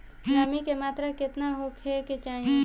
नमी के मात्रा केतना होखे के चाही?